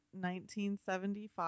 1975